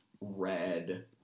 red